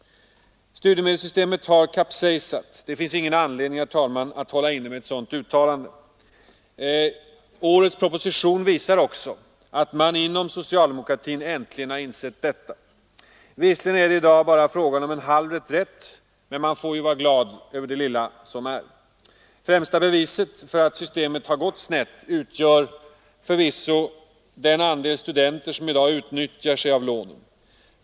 Studiemedelssystemet har kapsejsat. Det finns ingen anledning att hålla inne med ett sådant uttalande. Årets proposition visar också att man inom socialdemokratin äntligen har insett detta. Visserligen är det i dag bara fråga om en halv reträtt, men man får vara glad åt det lilla som Främsta beviset för att systemet har gått snett utgör förvisso andelen studenter som i dag utnyttjar systemet.